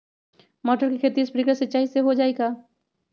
मटर के खेती स्प्रिंकलर सिंचाई से हो जाई का?